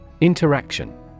Interaction